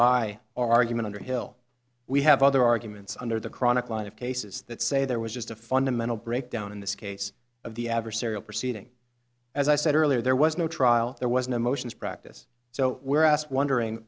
by argument underhill we have other arguments under the chronic line of cases that say there was just a fundamental breakdown in this case of the adversarial proceeding as i said earlier there was no trial there was no motions practice so were asked wondering